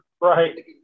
right